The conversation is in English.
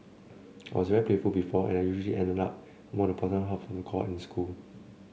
I was very playful before and I usually ended up among the bottom half of the cohort in school